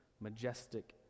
majestic